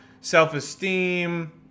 self-esteem